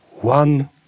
one